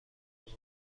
وارد